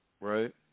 Right